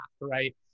right